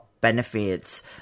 benefits